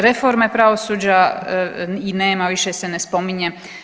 Reforme pravosuđa i nema, više se ne spominje.